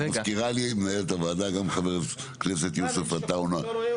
מזכירה לי מנהלת הוועדה גם חבר הכנסת יוסף עטאונה,